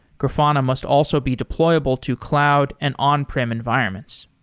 grafana must also be deployable to cloud and on-prem environments.